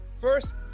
First